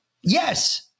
Yes